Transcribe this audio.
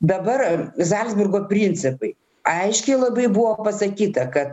dabar zalcburgo principai aiškiai labai buvo pasakyta kad